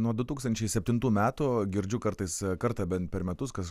nuo du tūkstančiai septintų metų girdžiu kartais kartą bent per metus kas